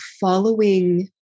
following